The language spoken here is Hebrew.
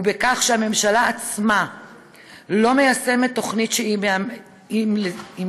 וזה שהממשלה עצמה לא מיישמת תוכנית שהיא אימצה,